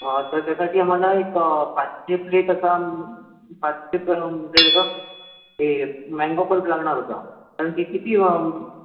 तर त्यासाठी आम्हाला एक पाचशे प्लेट असा पाचशे प्लेट असं हे मॅंगो पल्प लागणार होता कारण की किती